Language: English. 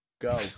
Go